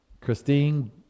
Christine